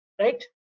right